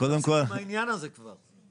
מספיק עם העניין הזה כבר.